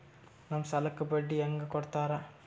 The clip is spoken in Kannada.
ನಮ್ ಸಾಲಕ್ ಬಡ್ಡಿ ಹ್ಯಾಂಗ ಕೊಡ್ತಾರ?